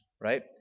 right